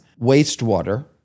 wastewater